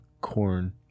Corn